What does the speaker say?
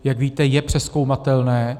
Jak víte, je přezkoumatelné.